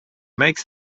makes